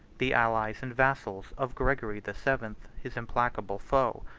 the allies and vassals of gregory the seventh, his implacable foe.